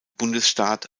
bundesstaat